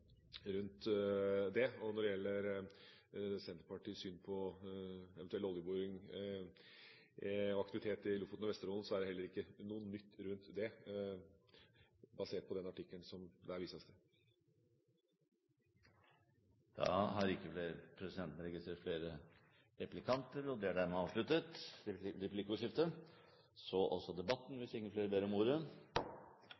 det. Når det gjelder Senterpartiets syn på eventuell oljeboring og aktivitet i Lofoten og Vesterålen, er det heller ikke noe nytt om det, basert på den artikkelen som det her vises til. Da har ikke presidenten registrert flere replikanter.